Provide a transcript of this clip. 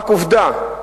רק עובדה,